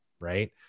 right